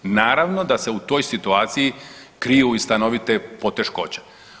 Naravno da se u toj situaciji kriju i stanovite poteškoće.